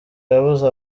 yabuze